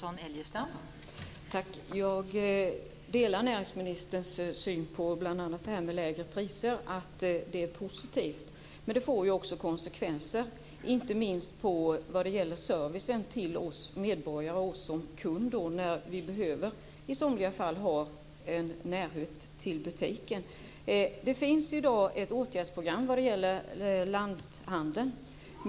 Fru talman! Jag delar näringsministerns syn om att det är positivt med lägre priser, men det får också konsekvenser inte minst vad gäller servicen till oss medborgare och kunder när vi behöver en närhet till butiken. Det finns i dag ett åtgärdsprogram vad gäller lanthandeln.